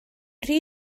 rhy